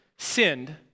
sinned